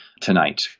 tonight